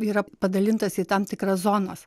yra padalintas į tam tikras zonas